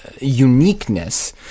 uniqueness